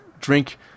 drink